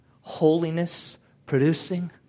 Holiness-producing